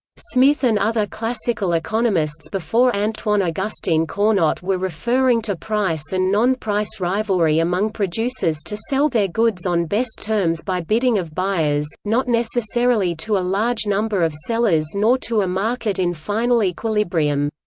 smith and other classical economists before antoine augustine cournot were referring to price and non-price rivalry among producers to sell their goods on best terms by bidding of buyers, not necessarily to a large number of sellers nor to a market in final equilibrium.